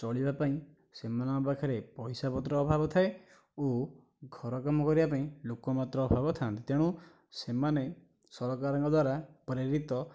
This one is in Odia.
ଚଳିବା ପାଇଁ ସେମାନଙ୍କ ପାଖରେ ପଇସା ପତ୍ର ଅଭାବ ଥାଏ ଓ ଘର କାମ କରିବା ପାଇଁ ଲୋକ ମାତ୍ର ଅଭାବ ଥାଆନ୍ତି ତେଣୁ ସେମାନେ ସରକାରଙ୍କ ଦ୍ଵାରା ପ୍ରେରିତ